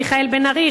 מיכאל בן-ארי,